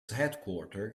headquarter